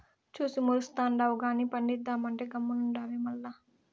చూసి మురుస్తుండావు గానీ పండిద్దామంటే గమ్మునుండావే మల్ల